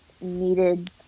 needed